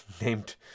named